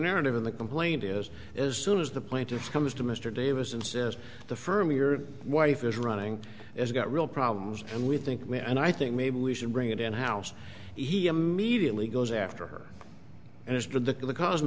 narrative in the complaint is as soon as the plaintiff comes to mr davis and says the firm your wife is running is got real problems and we think and i think maybe we should bring it in house he immediately goes after her and as to the cause and